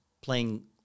playing